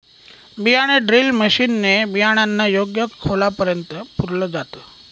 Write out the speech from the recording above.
बियाणे drill machine ने बियाणांना योग्य खोलापर्यंत पुरल जात